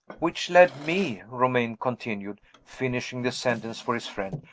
which led me, romayne continued, finishing the sentence for his friend,